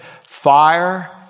fire